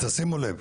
תשימו לב,